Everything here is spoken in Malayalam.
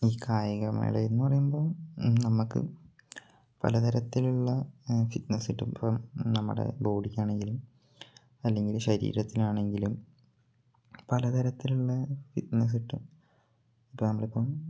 ഈ കായികമേള എന്നു പറയുമ്പം നമുക്ക് പലതരത്തിലുള്ള ഫിറ്റ്നസ്സ് കിട്ടും ഇപ്പം നമ്മുടെ ബോഡിക്ക് ആണെങ്കിലും അല്ലെങ്കിൽ ശരീരത്തിനാണെങ്കിലും പലതരത്തിലുള്ള ഫിറ്റ്നസ്സ് കിട്ടും ഇപ്പം നമ്മൾ ഇപ്പം